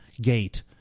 gate